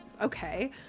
okay